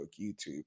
YouTube